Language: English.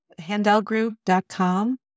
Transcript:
HandelGroup.com